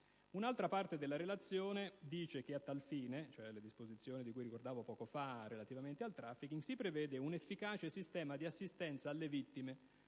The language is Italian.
un'altra parte della relazione si legge: "A tal fine" (mi riferisco alle disposizioni che ricordavo poco fa relativamente al traffico) "si prevede un efficace sistema di assistenza alle vittime